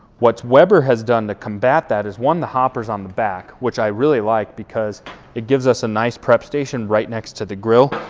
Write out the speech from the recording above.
what's weber has done to combat that is one, the hoppers on the back, which i really like because it gives us a nice prep station right next to the grill,